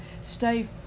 stay